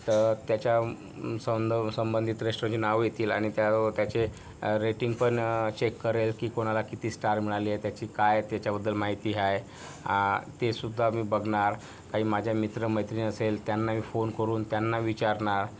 तर त्याच्या सौंद संबंधित रेस्टॉरंटची नावं येतील आणि त्यावर त्याचे रेटिंग पण चेक करेल की कोणाला किती स्टार मिळाले आहे त्याची काय त्याच्याबद्दल माहिती आहे ते सुद्धा मी बघणार काही माझ्या मित्र मैत्रिणी असेल त्यांना मी फोन करून त्यांना विचारणार